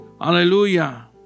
hallelujah